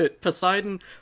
Poseidon